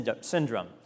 Syndrome